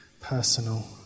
personal